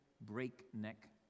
breakneck